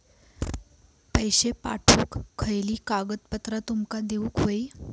पैशे पाठवुक खयली कागदपत्रा तुमका देऊक व्हयी?